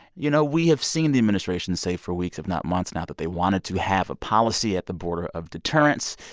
you know, we have seen the administration say for weeks, if not months now, that they wanted to have a policy at the border of deterrence,